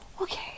Okay